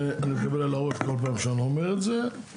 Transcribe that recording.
זה אני מקבל על הראש כל פעם שאני לא אומר את זה.